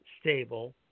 stable